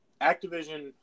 Activision